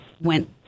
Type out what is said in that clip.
went